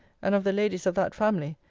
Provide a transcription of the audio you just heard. and of the ladies of that family,